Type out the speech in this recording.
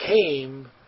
came